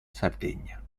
sardegna